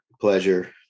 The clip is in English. pleasure